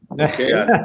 Okay